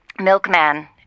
milkman